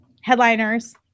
headliners